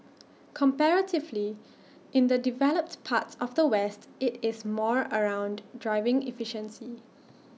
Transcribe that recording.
comparatively in the developed parts of the west IT is more around driving efficiency